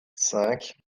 cinq